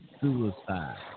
suicide